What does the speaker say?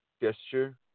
gesture